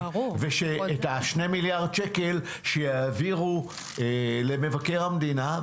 ואת ה-2 מיליארד שקלים שיעבירו למבקר המדינה,